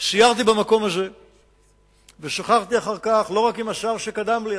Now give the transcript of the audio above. סיירתי במקום הזה ושוחחתי אחר כך עם השר שקדם לי,